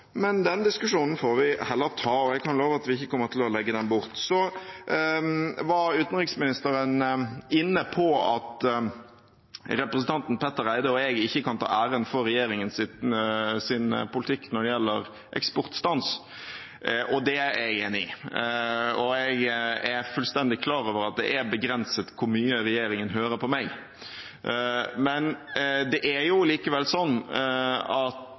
men den diskusjonen får vi heller ta. Jeg kan love at vi ikke kommer til å legge den bort. Utenriksministeren var inne på at representanten Petter Eide og jeg ikke kan ta æren for regjeringens politikk når det gjelder eksportstans, og det er jeg enig i. Jeg er fullstendig klar over at det er begrenset hvor mye regjeringen hører på meg.